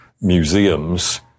museums